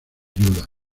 ayuda